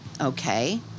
okay